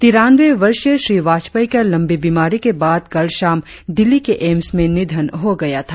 तिरानवें वर्षीय श्री वाजपेयी का लंबी बीमारी के बाद कल शाम दिल्ली के एम्स में निधन हो गया था